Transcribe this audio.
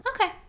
okay